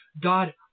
God